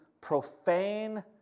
profane